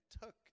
took